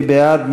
מי בעד?